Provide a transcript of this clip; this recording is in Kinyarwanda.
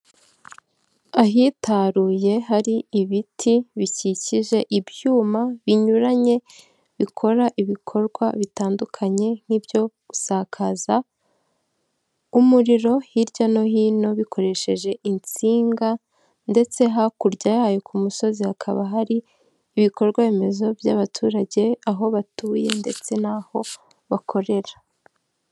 Ahitaruye hari ibiti bikikije ibyuma binyuranye bikora ibikorwa bitandukanye nk'ibyo gusakaza umuriro hirya no hino bikoresheje insinga, ndetse hakurya yayo ku musozi hakaba hari ibikorwamezo by'abaturage aho batuye ndetse n'aho bakorera.